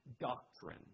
doctrine